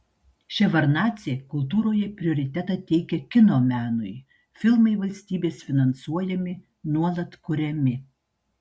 ševardnadzė kultūroje prioritetą teikia kino menui filmai valstybės finansuojami nuolat kuriami